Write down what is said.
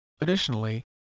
Additionally